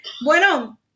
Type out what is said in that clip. Bueno